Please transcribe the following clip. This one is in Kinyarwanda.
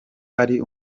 ari